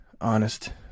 honest